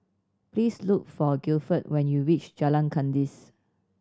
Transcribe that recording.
please look for Guilford when you reach Jalan Kandis